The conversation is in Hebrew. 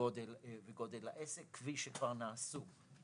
וגודל העסק כפי שכבר נעשו,